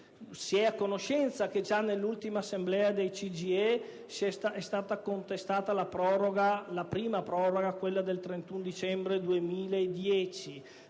si è a conoscenza che già nell'ultima assemblea del CGIE è stata contestata la prima proroga al 31 dicembre 2010,